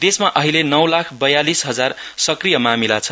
देशमा अहिले नौ लाख बयालीस हजार सक्रिय मामिला छन्